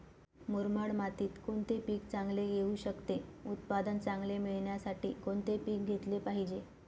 मुरमाड मातीत कोणते पीक चांगले येऊ शकते? उत्पादन चांगले मिळण्यासाठी कोणते पीक घेतले पाहिजे?